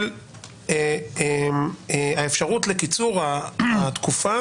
האפשרות לקיצור התקופה